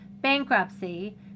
bankruptcy